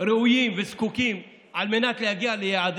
ראויים וזקוקים להם על מנת להגיע ליעדי